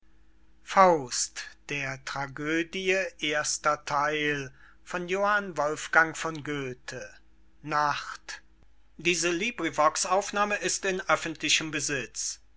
sprechen der tragödie